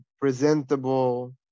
presentable